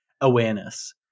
awareness